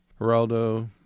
Geraldo